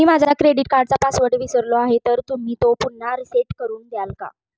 मी माझा क्रेडिट कार्डचा पासवर्ड विसरलो आहे तर तुम्ही तो पुन्हा रीसेट करून द्याल का?